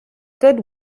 good